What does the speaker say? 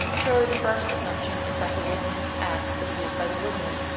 surely the first assumption is that the woodman's ax is used by the woodman.